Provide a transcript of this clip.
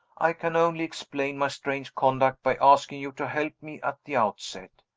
i can only explain my strange conduct by asking you to help me at the outset.